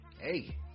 Hey